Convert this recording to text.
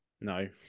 No